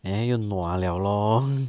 eh 又 nua liao lor